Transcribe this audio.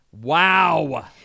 Wow